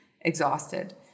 exhausted